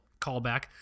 callback